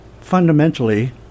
Fundamentally